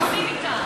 טיפול.